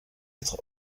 être